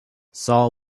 saul